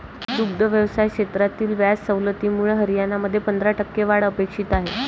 दुग्ध व्यवसाय क्षेत्रातील व्याज सवलतीमुळे हरियाणामध्ये पंधरा टक्के वाढ अपेक्षित आहे